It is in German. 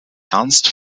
ernst